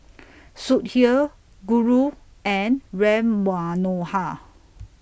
Sudhir Guru and Ram Manohar